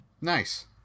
Nice